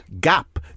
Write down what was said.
Gap